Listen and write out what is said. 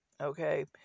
okay